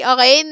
Okay